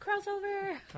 crossover